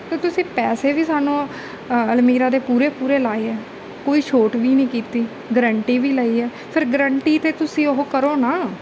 ਅਤੇ ਤੁਸੀਂ ਪੈਸੇ ਵੀ ਸਾਨੂੰ ਅਲਮੀਰਾ ਦੇ ਪੂਰੇ ਪੂਰੇ ਲਾਏ ਹੈ ਕੋਈ ਛੋਟ ਵੀ ਨਹੀਂ ਕੀਤੀ ਗਰੰਟੀ ਵੀ ਲਈ ਹੈ ਫਿਰ ਗਰੰਟੀ 'ਤੇ ਤੁਸੀਂ ਉਹ ਕਰੋ ਨਾ